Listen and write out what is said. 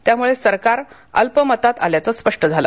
त्यामुळे सरकार अल्पमतात आल्याचं स्पष्ट झालं